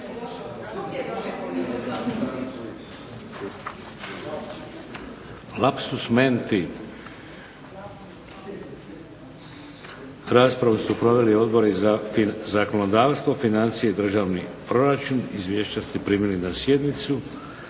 br. 757. Raspravu su proveli Odbori za zakonodavstvo, financije i državni proračun, izvješća ste primili na sjednici.